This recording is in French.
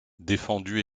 défendu